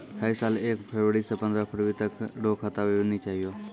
है साल के एक फरवरी से पंद्रह फरवरी तक रो खाता विवरणी चाहियो